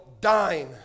dine